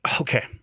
Okay